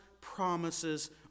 promises